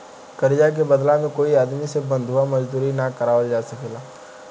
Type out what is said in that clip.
कर्जा के बदला में कोई आदमी से बंधुआ मजदूरी ना करावल जा सकेला